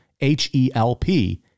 H-E-L-P